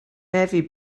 navy